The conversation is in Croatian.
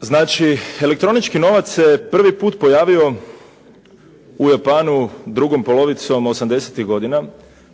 Znači, elektronički novac se prvi put pojavio u Japanu drugom polovicom '80.-tih godina.